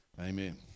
Amen